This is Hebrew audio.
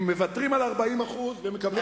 אם מוותרים על 40% ומקבלים,